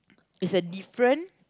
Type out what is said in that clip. is a different